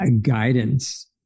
guidance